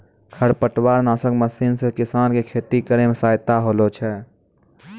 खरपतवार नासक मशीन से किसान के खेती करै मे सहायता होलै छै